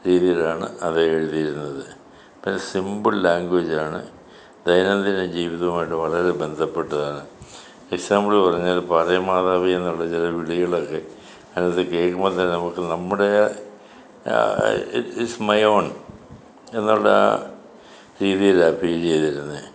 രീതിയിലാണ് അത് എഴുതിയിരുന്നത് പിന്നെ സിമ്പിൾ ലാങ്വേജിലാണ് ദൈനംദിന ജീവിതവുമായിട്ട് വളരെ ബന്ധപ്പെട്ടാണ് എക്സാംബിള് പറഞ്ഞാൽ പഴയ മാതാവേ എന്നുള്ള ചില വിളികളൊക്കെ അതിനകത്ത് കേൾക്കുമ്പോൾ തന്നെ നമുക്ക് നമ്മുടെ ഇറ്റ്സ് മൈ ഓൺ എന്നുള്ള രീതിയിലാണ് ഫീൽ ചെയ്തിരുന്നത്